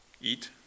Eat